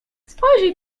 spojrzyj